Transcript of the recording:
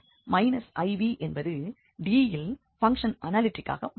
u iv என்பது D இல் function அனாலிட்டிக்காக மாறும்